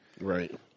Right